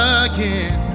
again